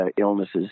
illnesses